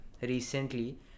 Recently